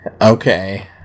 Okay